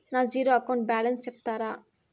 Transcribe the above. నా zero account balance సెప్తారా?